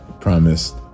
promised